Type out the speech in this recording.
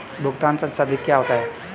भुगतान संसाधित क्या होता है?